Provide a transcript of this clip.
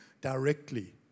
directly